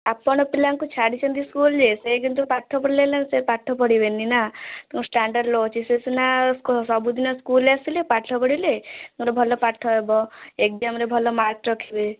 ଆପଣ ପିଲାଙ୍କୁ ଛାଡ଼ିଛନ୍ତି ସ୍କୁଲ୍ ଯେ ସେ କିନ୍ତୁ ପାଠ ପଢ଼ିଲେ ହେଲା ସେ ପାଠ ପଢ଼ିବେନି ନା ତେଣୁ ଷ୍ଟାଣ୍ଡାର୍ଡ଼ ଲୋ ଅଛି ସେ ସିନା ସବୁଦିନ ସ୍କୁଲ୍ ଆସିଲେ ପାଠ ପଢ଼ିଲେ ତାର ଭଲ ପାଠ ହେବ ଏକ୍ଜାମରେ ଭଲ ମାର୍କ ରଖିବେ